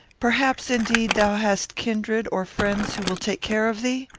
perhaps, indeed, thou hast kindred or friends who will take care of thee?